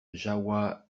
jahoua